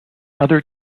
other